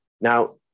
Now